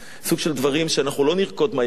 סוג של דברים שלא נרקוד "מה יפית",